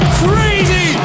crazy